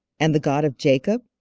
and the god of jacob?